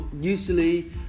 usually